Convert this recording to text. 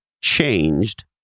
changed